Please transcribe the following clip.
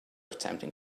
attempting